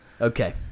Okay